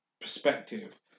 perspective